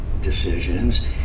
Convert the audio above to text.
decisions